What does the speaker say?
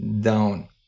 down